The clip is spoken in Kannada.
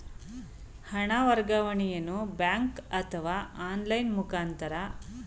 ಹಣ ವರ್ಗಾವಣೆಯನ್ನು ಬ್ಯಾಂಕ್ ಅಥವಾ ಆನ್ಲೈನ್ ಮುಖಾಂತರ ಮಾಡಬಹುದೇ?